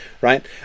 right